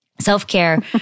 self-care